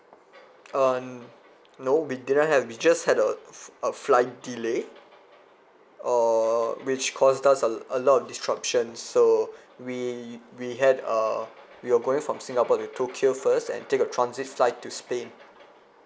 uh no we didn't have we just had a a flight delay or which cost us a a lot of disruption so we we had uh we were going from singapore to tokyo first and take a transit flight to spain